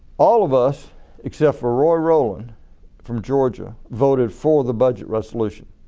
all of us except for roy rowland from georgia voted for the budget resolution,